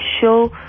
show